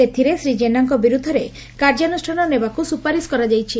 ସେଥିରେ ଶ୍ରୀ ଜେନାଙ୍କ ବିରୁଦ୍ଧରେ କାର୍ଯ୍ୟାନୁଷ୍ଠାନ ନେବାକୁ ସ୍ରପାରିସ୍ କରାଯାଇଛି